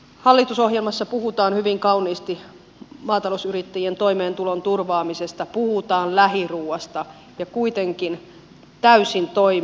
hallitusohjelmassa puhutaan hyvin kauniisti maatalousyrittäjien toimeentulon turvaamisesta puhutaan lähiruuasta ja kuitenkin täysin toisin toimitaan lakiesityksillä